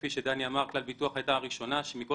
כפי שדני אמר, כלל ביטוח הייתה הראשונה שמכל